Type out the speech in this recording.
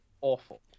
awful